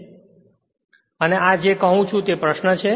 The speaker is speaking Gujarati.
અને આ જે હું કહું છું તે પ્રશ્ન છે